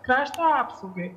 krašto apsaugai